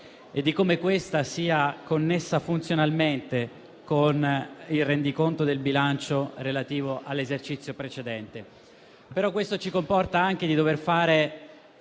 e su come questo sia connesso funzionalmente con il rendiconto del bilancio relativo all'esercizio precedente. Questo, però, comporta anche la necessità